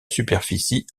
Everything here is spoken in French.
superficie